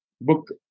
book